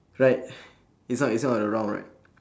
right it's not it's not uh round right